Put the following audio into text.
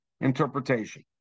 interpretation